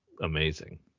amazing